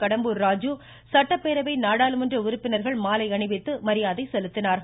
கடம்பூர் ராஜு சட்டப்பேரவை நாடாளுமன்ற உறுப்பினர்கள் மாலை அணிவித்து மரியாதை செலுத்தினார்கள்